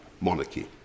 monarchy